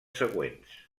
següents